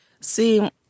See